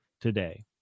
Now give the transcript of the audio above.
today